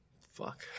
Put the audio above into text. fuck